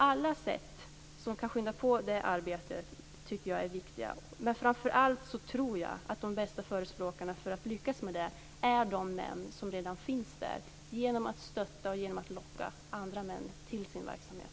Alla metoder som kan skynda på det arbetet tycker jag är viktiga. Men framför allt tror jag att de bästa förespråkarna för att vi skall lyckas med detta är de män som redan finns där genom att de kan stötta och locka andra män till sin verksamhet.